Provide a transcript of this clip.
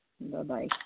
Bye-bye